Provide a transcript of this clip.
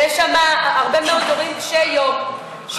ויש שם הרבה מאוד הורים קשי יום,